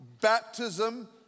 baptism